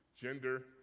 gender